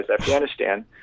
afghanistan